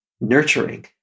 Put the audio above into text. nurturing